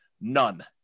None